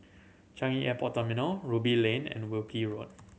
Changi Airport Terminal Ruby Lane and Wilkie Road